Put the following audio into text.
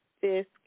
Fisk